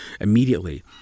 immediately